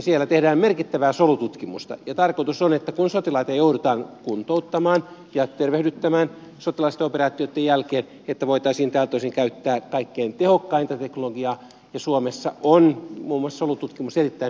siellä tehdään merkittävää solututkimusta ja tarkoitus on että kun sotilaita joudutaan kuntouttamaan ja tervehdyttämään sotilaallisten operaatioitten jälkeen niin voitaisiin tältä osin käyttää kaikkein tehokkainta teknologiaa ja suomessa on muun muassa solututkimus erittäin pitkälle edennyttä